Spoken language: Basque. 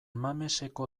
mameseko